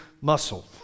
muscle